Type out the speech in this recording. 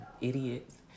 idiots